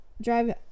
drive